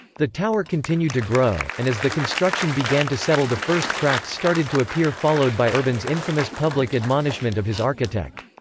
the tower continued to grow, and as the construction began to settle the first cracks started to appear followed by urban's infamous public admonishment of his architect.